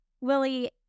Willie